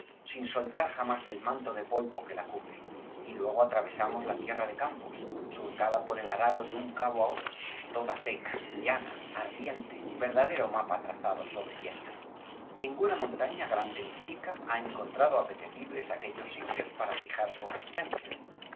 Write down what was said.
sin soltar jamás el manto de polvo que la cubre y luego atravesamos la tierra de campos surcada por el arado de un cabo á otro toda seca llana ardiente verdadero mapa trazado sobre yesca ninguña montaña grande ríi chica ha encontrado apetecibles aquellos sitios para fijar su residencia